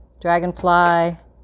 dragonfly